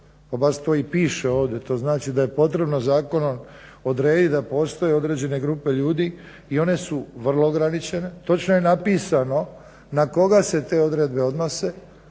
baš to i piše ovdje to znači da je potrebno zakonom odrediti da postoje određene grupe ljudi i one su vrlo ograničene. Točno je napisano na koga se te odredbe odnose